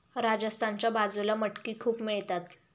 राजस्थानच्या बाजूला मटकी खूप मिळतात